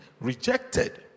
rejected